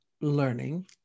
learning